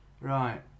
Right